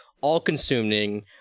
all-consuming